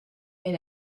and